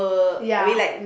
ya